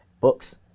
books